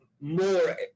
more